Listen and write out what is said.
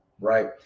right